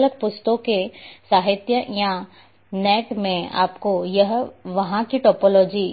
अलग अलग पुस्तकों के साहित्य या नेट में आपको यह वहाँ की टोपोलॉजी